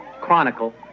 chronicle